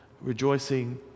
rejoicing